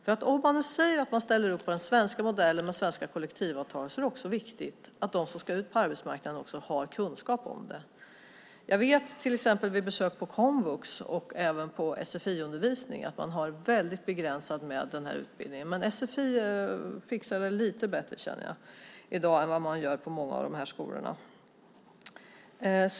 Om man säger att man ställer upp på den svenska modellen och svenska kollektivavtal är det också viktigt att de som ska ut på arbetsmarknaden har kunskap om den. Efter besök på komvux och även på sfi-undervisning vet jag att den här utbildningen är väldigt begränsad. Jag tycker att sfi fixar det lite bättre än vad man gör på många av de här skolorna.